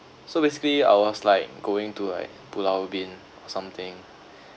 so basically I was like going to like pulau ubin or something